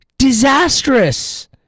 Disastrous